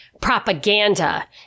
propaganda